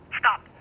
stop